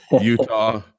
Utah